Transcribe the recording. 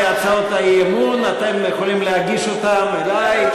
הצעות האי-אמון אתם יכולים להגיש אותן אלי,